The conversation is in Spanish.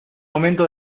momento